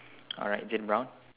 alright is it brown